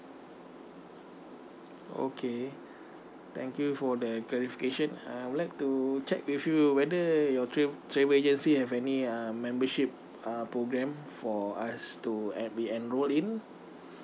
okay thank you for the clarification uh I would like to check with you whether your tra~ travel agency have any uh membership uh program for us to be enrolled in